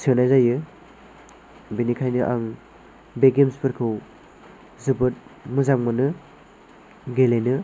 सोनाय जायो बेनिखायनो आं बे गेम्स फोरखौ जोबोद मोजां मोनो गेलेनो